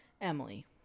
Emily